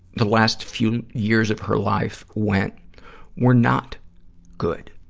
the last few years of her life went were not good.